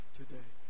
today